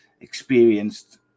Experienced